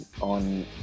on